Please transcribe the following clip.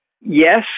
Yes